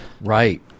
Right